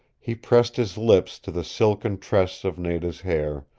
he pressed his lips to the silken tress of nada's hair,